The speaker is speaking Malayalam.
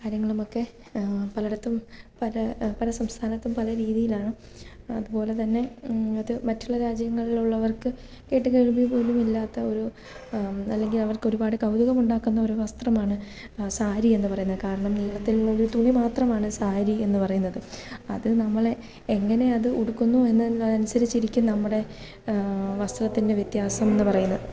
കാര്യങ്ങളുമൊക്കെ പലടത്തും പല പല സംസ്ഥാനത്തും പലരീതിയിലാണ് അതുപോലെ തന്നെ അത് മറ്റുള്ള രാജ്യങ്ങളിലുള്ളവർക്ക് കേട്ടുകേൾവി പോലുമില്ലാത്ത ഒരു അല്ലെങ്കിൽ അവർക്കൊരുപാട് കൗതുകമുണ്ടാക്കുന്ന ഒരു വസ്ത്രമാണ് സാരിയെന്ന് പറയുന്നത് കാരണം നീളത്തിലുള്ള ഒരു തുണി മാത്രമാണ് സാരി എന്ന് പറയുന്നത് അത് നമ്മളെ എങ്ങനെ അത് ഉടുക്കുന്നു എന്നതിനനുസരിച്ചിരിക്കും നമ്മുടെ വസ്ത്രത്തിൻ്റെ വ്യത്യാസമെന്നു പറയുന്നെ